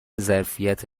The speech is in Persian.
ظرفیت